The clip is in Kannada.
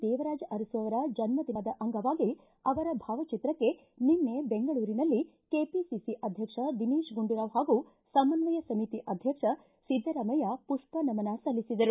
ದೇವರಾಜು ಅರಸು ಅವರ ಜನ್ಸದಿನದ ಅಂಗವಾಗಿ ಅವರ ಭಾವಚಿತ್ರಕ್ಕೆ ನಿನ್ನೆ ಬೆಂಗಳೂರಿನ ಕೆಬಿಸಿ ಅಧ್ಯಕ್ಷ ದಿನೇತ್ ಗುಂಡೂರಾವ್ ಹಾಗೂ ಸಮನ್ವಯ ಸಮಿತಿ ಅಧ್ಯಕ್ಷ ಸಿದ್ದರಾಮಯ್ಯ ಪುಷ್ವ ನಮನ ಸಲ್ಲಿಸಿದರು